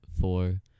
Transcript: four